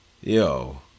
Yo